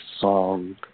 song